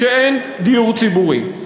כשאין דיור ציבורי,